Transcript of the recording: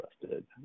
interested